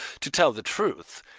to tell the truth,